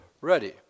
ready